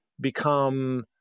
become